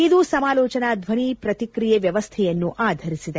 ಇದು ಸಮಾಲೋಚನಾ ಧ್ವನಿ ಶ್ರತಿಕ್ರಿಯೆ ವ್ಯವಸ್ಥೆಯನ್ನು ಆಧರಿಸಿದೆ